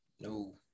No